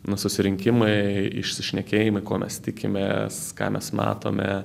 nu susirinkimai išsišnekėjimai ko mes tikimės ką mes matome